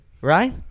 Right